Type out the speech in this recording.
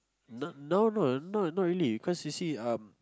now no not not really because you see um